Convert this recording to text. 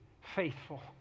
faithful